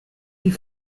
die